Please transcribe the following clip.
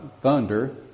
thunder